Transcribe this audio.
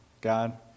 God